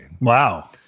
Wow